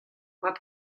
mat